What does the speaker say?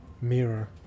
mirror